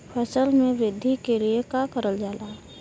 फसल मे वृद्धि के लिए का करल जाला?